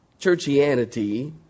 Churchianity